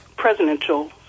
presidential